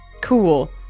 Cool